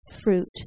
fruit